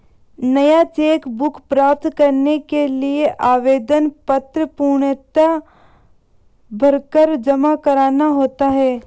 नया cheque book प्राप्त करने के लिए आवेदन पत्र पूर्णतया भरकर जमा करना होता है